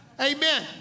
Amen